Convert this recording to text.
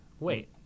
Wait